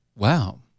Wow